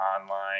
online